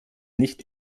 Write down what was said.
nicht